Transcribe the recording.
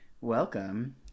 Welcome